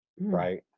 Right